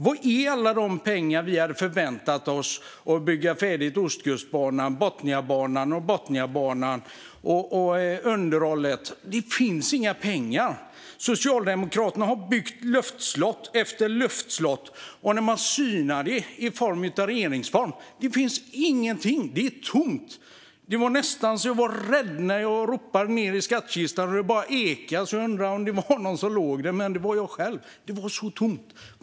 Var är alla de pengar som vi hade förväntat oss att bygga färdigt Ostkustbanan och Botniabanan med och använda för underhållet? Det finns inga pengar. Socialdemokraterna har byggt luftslott efter luftslott. Och när man synar det finns det ingenting. Det är tomt. Jag var nästan rädd när jag ropade ned i skattkistan och det bara ekade. Så jag undrade om någon låg där. Men det var bara jag själv som hördes. Det var så tomt.